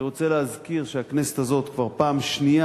אני רוצה להזכיר שהכנסת הזאת כבר פעם שנייה